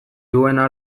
duena